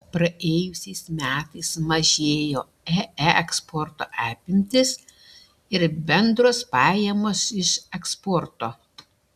praėjusiais metais mažėjo ee eksporto apimtys ir bendros pajamos iš eksporto